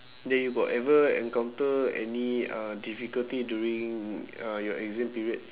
then you got ever encounter any uh difficulty during uh your exam periods